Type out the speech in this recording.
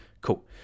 cool